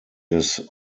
des